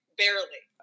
barely